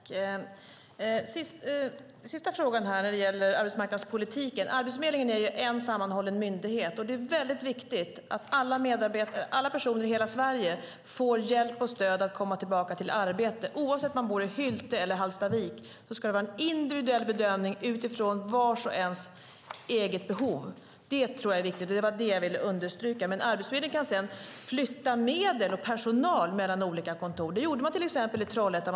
Fru talman! Den sista frågan här gällde arbetsmarknadspolitiken. Arbetsförmedlingen är en sammanhållen myndighet. Det är mycket viktigt att alla personer i hela Sverige får hjälp och stöd att komma tillbaka till arbete. Oavsett om man bor i Hylte eller i Hallstavik ska det vara en individuell bedömning utifrån vars och ens behov. Det tror jag är viktigt, och det var det som jag ville understryka. Men Arbetsförmedlingen kan sedan flytta medel och personal mellan olika kontor. Det gjorde man till exempel i Trollhättan.